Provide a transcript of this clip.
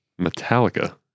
Metallica